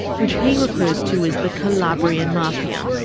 which he refers to as the calabrian mafia.